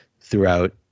throughout